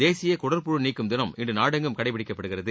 தேசிய குடற்புழு நீக்கும் தினம் இன்று நாடெங்கும் கடைபிடிக்கப்படுகிறது